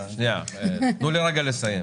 תנו לי רגע לסיים.